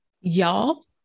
Y'all